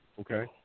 Okay